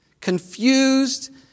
confused